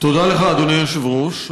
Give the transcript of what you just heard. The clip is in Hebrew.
תודה לך, אדוני היושב-ראש.